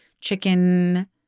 chicken